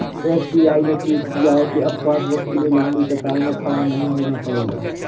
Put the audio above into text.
SBI ने tweet किया कि अब पासबुक के लिए लंबी कतार में खड़ा नहीं होना पड़ेगा